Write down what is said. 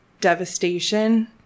devastation